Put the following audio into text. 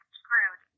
screwed